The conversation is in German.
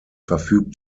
verfügt